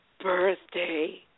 birthday